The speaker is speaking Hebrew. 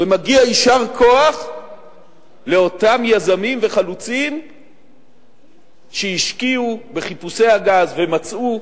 ומגיע יישר-כוח לאותם יזמים וחלוצים שהשקיעו בחיפושי הגז ומצאו.